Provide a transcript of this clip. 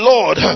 Lord